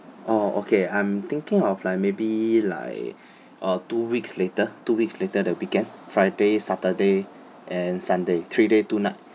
orh okay I'm thinking of like maybe like uh two weeks later two weeks later the weekend friday saturday and sunday three day two night